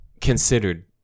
...considered